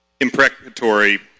imprecatory